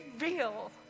real